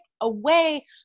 away